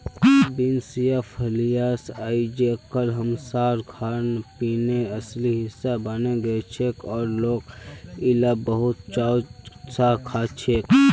beans या फलियां अइजकाल हमसार खानपीनेर असली हिस्सा बने गेलछेक और लोक इला बहुत चाव स खाछेक